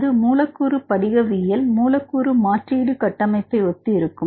அது மூலக்கூறு படிகவியல் மூலக்கூறு மாற்றீடு கட்டமைப்பை ஒத்து இருக்கும்